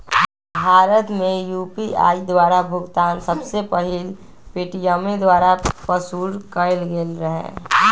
भारत में यू.पी.आई द्वारा भुगतान सबसे पहिल पेटीएमें द्वारा पशुरु कएल गेल रहै